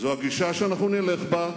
זו הגישה שאנחנו נלך בה,